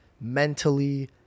mentally